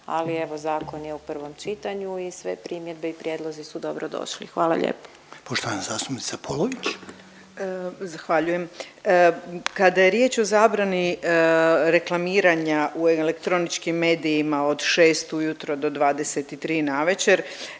ali evo zakon je u prvom čitanju i sve primjedbe i prijedlozi su dobro došli. Hvala lijepo. **Reiner, Željko (HDZ)** Poštovana zastupnica Polović. **Polović, Draženka (Možemo!)** Zahvaljujem. Kada je riječ o zabrani reklamiranja u elektroničkim medijima od 6 ujutro do 23 navečer,